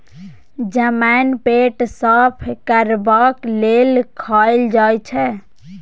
जमैन पेट साफ करबाक लेल खाएल जाई छै